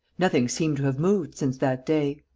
nothing seemed to have moved since that day.